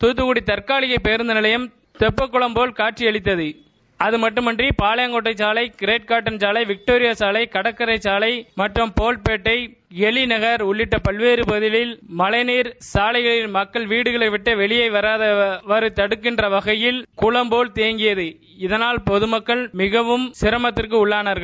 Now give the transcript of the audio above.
துத்தக்குடி தற்காலிக பேருந்து நிலையம் தெப்பக்குளம் போல் காட்சியளித்தது அதமட்டுமின்றி பாளையங்கோட்டை சாலை கிரேட் காட்டன் சாலை விக்டோரியா சாலை கடற்கரை சாலை மற்றும் போட் பேட்டை எழில் நனர் உள்ளிட்ட பல்வேறு பகுதிகளில் மழைநீர் சாலைகளில் மக்கள் வீடுகளை விட்டு தடுக்கின்ற வகையில் குளம் போல் தேங்கியது இதனால் பொதுமக்கள் மிகவும் சிரமத்திற்கு உள்ளானார்கள்